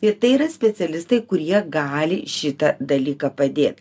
ir tai yra specialistai kurie gali šitą dalyką padėt